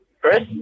chris